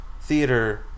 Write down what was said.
Theater